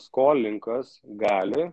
skolinkas gali